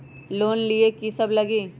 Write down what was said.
Loan लिए की सब लगी?